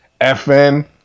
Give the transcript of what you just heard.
FN